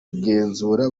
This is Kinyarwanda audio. kugenzura